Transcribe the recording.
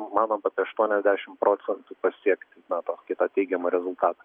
manom apie aštuoniasdešim procentų pasiekti na tokį tą teigiamą rezultatą